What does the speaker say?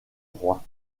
roi